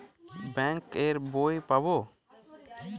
Bank এর বই পাবো?